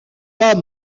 pas